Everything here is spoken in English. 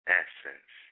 essence